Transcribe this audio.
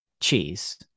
cheese